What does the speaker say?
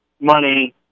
money